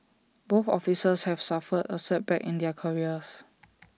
both officers have suffered A setback in their careers